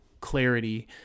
clarity